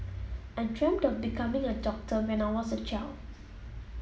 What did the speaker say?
I dreamt of becoming a doctor when I was a child